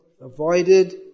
avoided